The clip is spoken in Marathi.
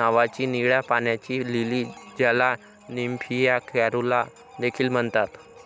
नावाची निळ्या पाण्याची लिली, ज्याला निम्फिया कॅरुला देखील म्हणतात